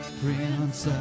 prince